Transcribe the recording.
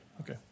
Okay